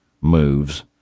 moves